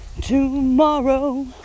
tomorrow